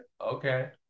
Okay